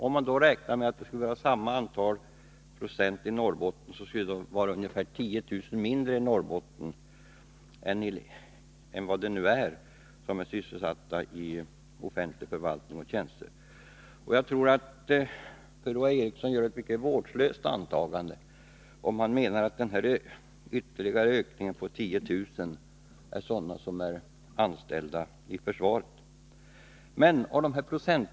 Om samma procenttal skulle gälla för Norrbotten, skulle det finnas 10 000 färre sysselsatta i offentlig förvaltning och tjänster i Norrbotten än som nu är fallet. Jag tror att Per-Ola Eriksson Nr 143 gör ett vårdslöst antagande, om han utgår ifrån att den större andelen Tisdagen den offentliganställda i Norrbotten, dvs. 10000 personer, är anställda inom 10 maj 1983 försvaret.